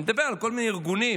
אני מדבר על כל מיני ארגונים.